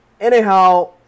anyhow